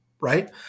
right